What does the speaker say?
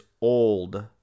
old